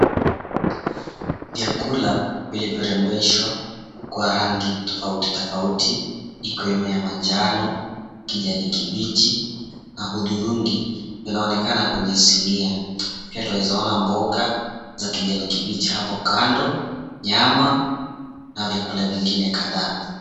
Vyakula vilivyorembeshwa kwa rangi tofautitofauti, ikiwemo ya manjano, kijani kibichi na hudhurungi, vinaonekana kwenye sinia, pia tunaweza ona mboga za kijani kibichi hapo kando, nyama, na vyakula vingine kadhaa.